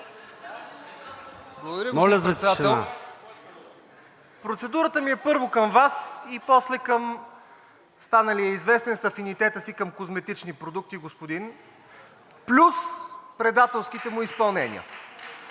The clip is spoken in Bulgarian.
Председател. Процедурата ми е първо към Вас и после към станалия известен с афинитета си към козметични продукти господин плюс предателските му изпълнения.